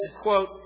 quote